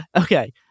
okay